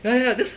ya ya yathat's